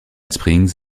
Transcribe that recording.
springs